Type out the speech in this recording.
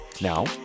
Now